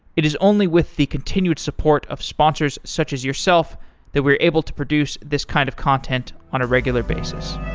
it is only with the continued support of sponsors such as yourself that we're able to produce this kind of content on a regular basis